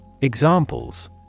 Examples